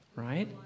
right